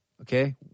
okay